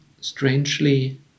strangely